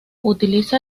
utiliza